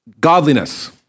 godliness